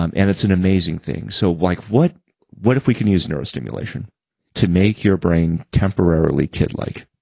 um and it's an amazing thing. so, like what what if we can use neurostimulation to make your brain temporarily kid-like?